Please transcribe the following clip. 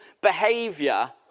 behaviour